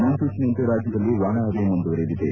ಮುನ್ಸೂಚನೆಯಂತೆ ರಾಜ್ಯದಲ್ಲಿ ಒಣಹವೆ ಮುಂದುವರೆಯಲಿದೆ